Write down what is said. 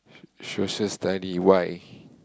so~ Social study why